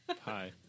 Hi